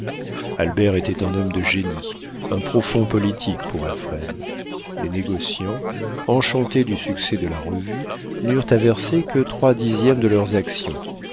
albert était un homme de génie un profond politique pour alfred les négociants enchantés du succès de la revue n'eurent à verser que trois dixièmes de leurs actions